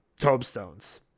tombstones